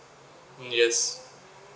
mm yes